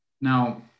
Now